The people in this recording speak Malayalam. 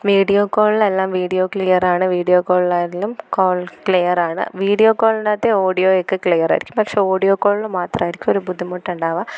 വീഡിയോ കോളിലെല്ലാം വീഡിയോ ക്ലിയറാണ് വീഡിയോ കോളിലാണെങ്കിലും കോൾ ക്ലിയറാണ് വീഡിയോ കോളിനകത്തെ ഓഡിയോ ഒക്കെ ക്ലിയറായിരിക്കും പക്ഷേ ഓഡിയോ കോളിൽ മാത്രമായിരിക്കും ഒരു ബുദ്ധിമുട്ടുണ്ടാകുക